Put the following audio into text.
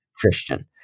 Christian